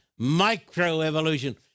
microevolution